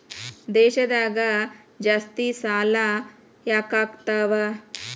ದೇಶದಾಗ ಜಾಸ್ತಿಸಾಲಾ ಯಾಕಾಗ್ತಾವ?